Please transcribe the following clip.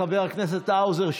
חבר הכנסת האוזר,